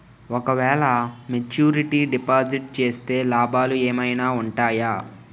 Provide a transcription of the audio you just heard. ఓ క వేల maturity deposit చేస్తే లాభాలు ఏమైనా ఉంటాయా?